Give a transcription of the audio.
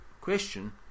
question